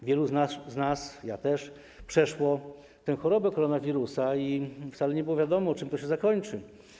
Wielu z nas, ja też, przeszło tę chorobę, koronawirusa, i wcale nie było wiadomo, czym to się zakończy.